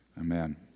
Amen